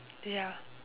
ya